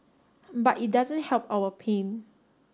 but it doesn't help our pain